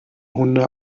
hunde